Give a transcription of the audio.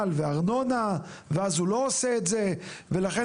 וארנונה ואז הוא לא עושה את זה ולכן,